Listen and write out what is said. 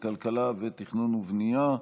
הכלכלה ותכנון ובנייה,